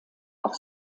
auch